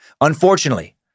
Unfortunately